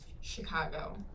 chicago